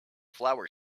flower